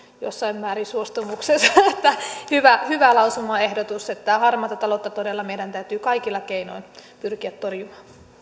jossain määrin suostumuksensa että kyseessä on hyvä lausumaehdotus että harmaata taloutta todella meidän täytyy kaikilla keinoin pyrkiä torjumaan